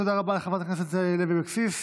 תודה רבה לחברת הכנסת לוי אבקסיס.